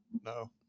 No